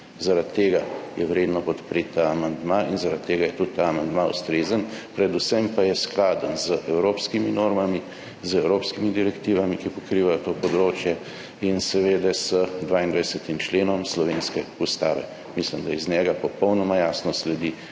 Zaradi tega je vredno podpreti ta amandma in zaradi tega je tudi ta amandma ustrezen, predvsem pa je skladen z evropskimi normami, z evropskimi direktivami, ki pokrivajo to področje, in seveda z 22. členom slovenske Ustave. Mislim, da iz njega popolnoma jasno sledi,